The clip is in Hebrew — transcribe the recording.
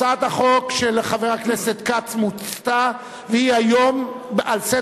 הצעת החוק של חבר הכנסת כץ מוצתה והיא על סדר-היום,